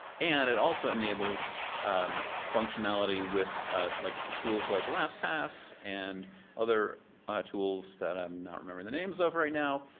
and it also enables um functionality with like tools like lastpass and other tools that i'm not remembering the names of right now.